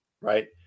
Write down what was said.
right